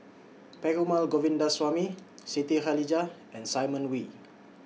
Perumal Govindaswamy Siti Khalijah and Simon Wee